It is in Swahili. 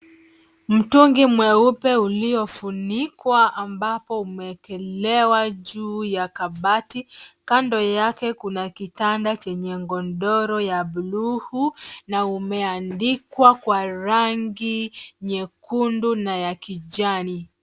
Mtungi mweupe uliofunikwa ambao umeekelewa juu ya kabati. Kando yake kuna kitanda chenye godoro ya buluu na umeandikwa kwa rangi nyekundu na ya kijani.